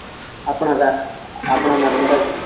આપણા આપણા નર્મદા જી